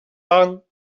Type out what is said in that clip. ans